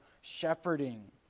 shepherding